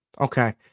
Okay